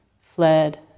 fled